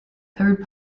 third